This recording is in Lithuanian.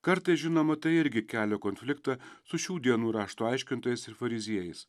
kartais žinoma tai irgi kelia konfliktą su šių dienų rašto aiškintojais ir fariziejais